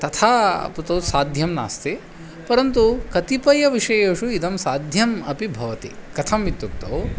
तथा तु तौ साध्यं नास्ति परन्तु कतिपयविषयेषु इदं साध्यम् अपि भवति कथम् इत्युक्तौ